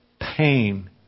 pain